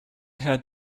had